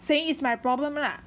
saying is my problem lah